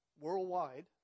worldwide